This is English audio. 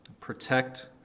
protect